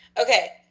Okay